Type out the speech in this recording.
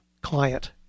client